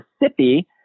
Mississippi